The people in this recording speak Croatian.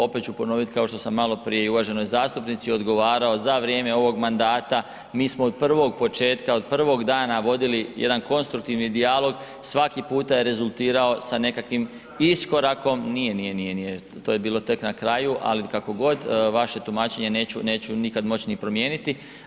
Opet ću ponoviti kao što sam maloprije i uvaženoj zastupnici odgovarao, za vrijeme ovog mandata mi smo od prvog početka, od prvog dana vodili jedan konstruktivni dijalog, svaki puta je rezultirao sa nekakvim iskorakom. … [[Upadica se ne razumije.]] nije, nije to je bilo tek na kraju, ali kakogod ali vaše tumačenje neću nikad moć ni promijeniti.